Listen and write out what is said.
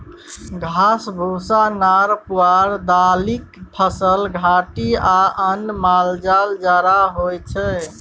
घास, भुस्सा, नार पुआर, दालिक फसल, घाठि आ अन्न मालजालक चारा होइ छै